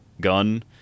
gun